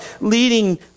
leading